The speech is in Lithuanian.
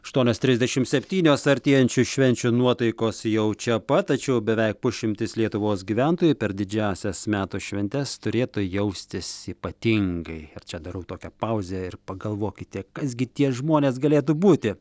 aštuonios trisdešim septynios artėjančių švenčių nuotaikos jau čia pat tačiau beveik pusšimtis lietuvos gyventojų per didžiąsias metų šventes turėtų jaustis ypatingai čia darau tokią pauzę ir pagalvokite kas gi tie žmonės galėtų būti